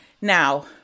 Now